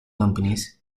companies